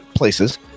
places